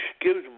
gives